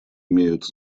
имеют